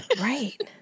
Right